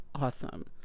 awesome